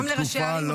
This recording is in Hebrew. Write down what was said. גם לראשי הערים,